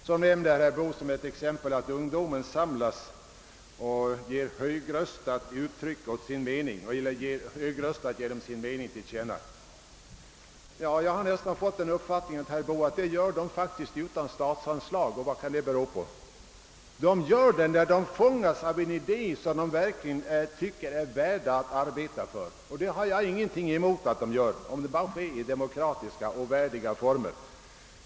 Som exempel nämnde herr Boo att ungdomen samlas och högröstat ger sin mening till känna. Jag har nästan fått den upp fattningen att ungdomarna gör detta utan statsanslag — och vad kan det bero på? Jo, de gör det när de fångas av en idé som de verkligen tycker är värd att arbeta för. Det har jag ingenting emot, om det bara sker under demokratiska och värdiga former.